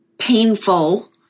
painful